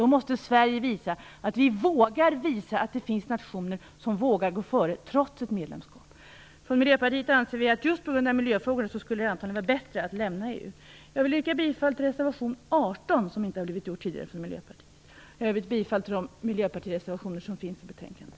Då måste Sverige visa att det finns nationer som vågar gå före trots ett medlemskap. Vi från Miljöpartiet anser att det just på grund av miljöfrågorna antagligen skulle vara bättre att lämna EU. Jag yrkar bifall till reservation 18 från Miljöpartiet. I övrigt yrkar jag bifall till de miljöpartireservationer som finns i betänkandet.